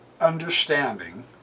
understanding